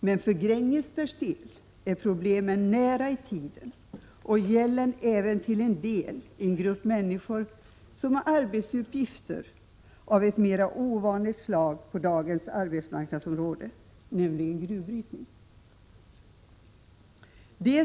Men för Grängesbergs del är problemen nära i tiden och gäller även till en del en grupp människor som har arbetsuppgifter av ett mera ovanligt slag på dagens arbetsmarknadsområde, nämligen gruvbrytning.